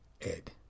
Ed